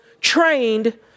trained